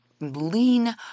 lean